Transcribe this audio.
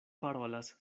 parolas